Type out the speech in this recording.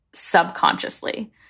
subconsciously